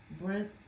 Brent